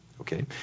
Okay